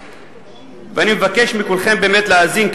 ואני מבקש מכולכם באמת להאזין,